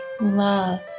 love